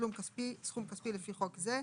לתשלום סכום כספי לפי חוק זה: